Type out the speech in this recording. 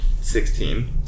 Sixteen